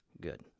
Good